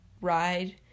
ride